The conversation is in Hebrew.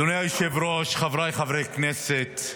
אדוני היושב-ראש, חבריי חברי הכנסת,